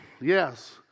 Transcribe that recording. Yes